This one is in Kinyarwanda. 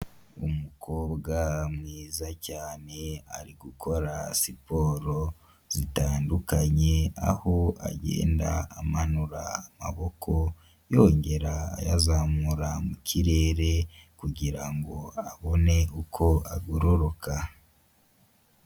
Umukobwa mwiza cyane ari gukora siporo zitandukanye aho agenda amanura amaboko yongera ayazamura mu kirere kugirango abone uko agororoka.